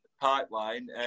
pipeline